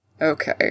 Okay